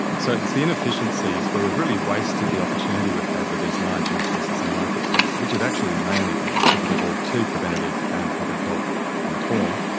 so it's the inefficiencies where we've really wasted the opportunity we've had with these large increases in life expectancy, which have actually mainly been attributable to preventative and public health reform,